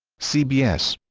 cbs